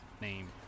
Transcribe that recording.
name